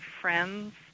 friends